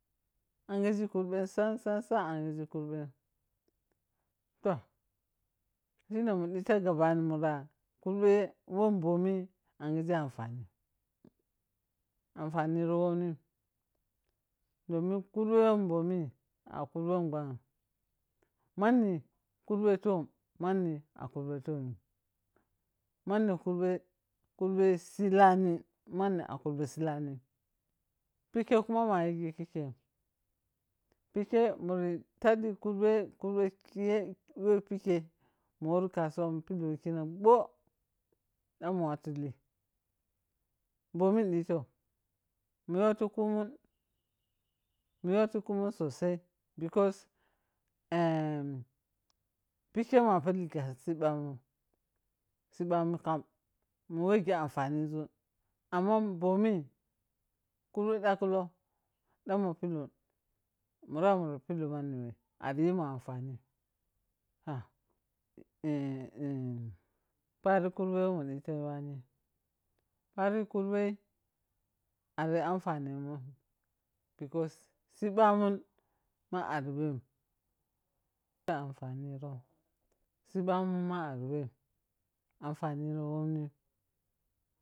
Anghegi kuribem sam sam anghigi kurbem. Toh shine mujifa gabani mura kurbe who bhomi anghege amfanim, anfaniro wamnim domin kurbe who bhomi a karbei wo bhaghim mani karbe tom mani a kurbe tomim mani kuribs kuribs lani an a karbe si lanim pike kanu mayighi khikhem pikhe muntadi kurbe, kurbe tiye diwo kikde damu wukina bhoo da mun watu lea bhom i tong? Muyo tu kumung muyo tikhumung sosai because pikhe mua peri damuwa sibamunin sibanun kham mu wiji anfaninzu amma bhomi kurbe dagkhulou damu tebi mara mund pilou mani wei ari yimun amfanin toh eheh pari kharbe wami dita yuwani, pari kurbe ari anfanemun because sibamun ma ari wem ke anfanirom, sibamun ma ari wem anfaniro womnim.